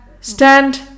Stand